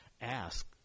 ask